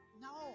No